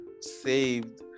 saved